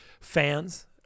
fans